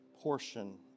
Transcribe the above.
portion